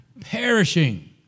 perishing